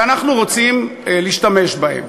ואנחנו רוצים להשתמש בהם.